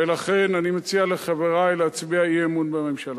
ולכן אני מציע לחברי להצביע אי-אמון בממשלה.